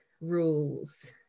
rules